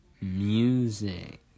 music